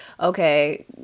Okay